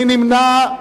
מי נמנע?